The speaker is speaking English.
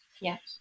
yes